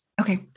Okay